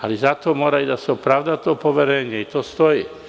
Ali, zato mora i da se opravda to poverenje i to stoji.